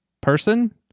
person